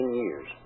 years